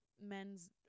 men's